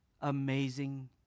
amazing